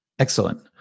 Excellent